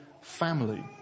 family